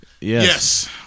Yes